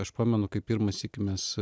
aš pamenu kai pirmąsyk mes